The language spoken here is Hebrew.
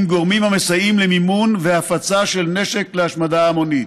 גורמים המסייעים למימון והפצה של נשק להשמדה המונית.